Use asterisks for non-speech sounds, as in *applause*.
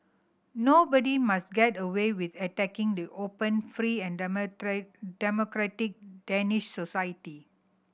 nobody must get away with attacking the open free and *unintelligible* democratic Danish society